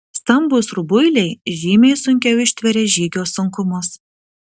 stambūs rubuiliai žymiai sunkiau ištveria žygio sunkumus